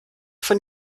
von